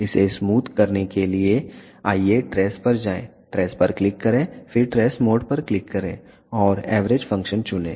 इसे स्मूथ करने के लिए आइए ट्रेस पर जाएं ट्रेस पर क्लिक करें फिर ट्रेस मोड पर क्लिक करें और एवरेज फ़ंक्शन चुनें